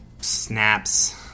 snaps